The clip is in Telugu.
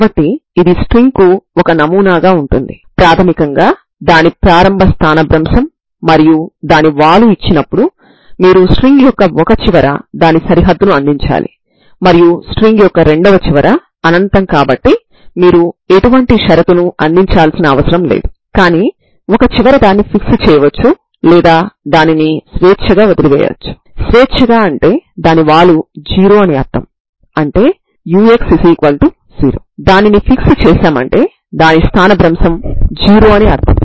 కాబట్టి మనం స్టర్మ్ లియోవిల్లే సమస్య కోసం ఐగెన్ విలువలు మరియు ఐగెన్ ఫంక్షన్లను కనుగొనడానికి ప్రయత్నిస్తాము మరియు ఈ ఐగెన్ విలువలకు అనుగుణంగా మనం సాధారణ అవకలన సమీకరణాలను పరిష్కరించడానికి ప్రయత్నిస్తాము మరియు మనం వాటిని కలుపుతాము తర్వాత ఈ అన్ని పరిష్కారాలతో మనం పాక్షిక అవకలన సమీకరణానికి పరిష్కారాన్ని కనుగొనడానికి ప్రయత్నిస్తాము